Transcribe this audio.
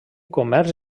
comerç